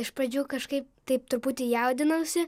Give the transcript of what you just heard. iš pradžių kažkaip taip truputį jaudinausi